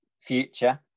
Future